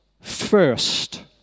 First